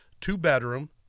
two-bedroom